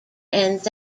ends